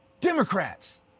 Democrats